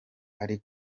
ari